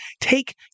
take